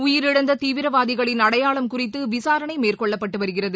உயிரிழந்ததீவிரவாதிகளின் அடையாளம் குறித்துவிசாரணைமேற்கொள்ளப்பட்டுவருகிறது